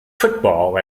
football